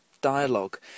dialogue